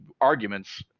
arguments